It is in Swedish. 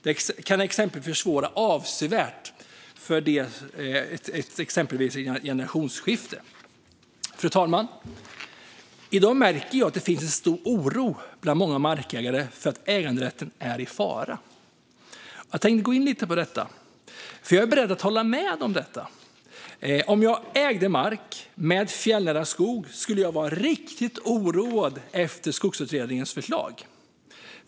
Det kan exempelvis försvåra avsevärt för ett generationsskifte. Fru talman! I dag märker jag att det finns en stor oro bland många markägare för att äganderätten är i fara. Jag tänker gå in lite på det, för jag är beredd att hålla med om detta. Om jag ägde mark med fjällnära skog skulle jag vara riktigt oroad över ett förslag från Skogsutredningen.